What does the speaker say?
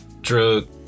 drug